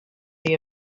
the